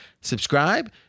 Subscribe